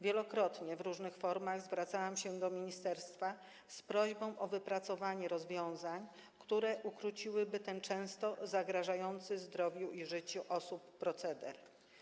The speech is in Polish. Wielokrotnie w różnych formach zwracałam się do ministerstwa z prośbą o wypracowanie rozwiązań, które ukróciłyby ten często zagrażający zdrowiu i życiu osób proceder.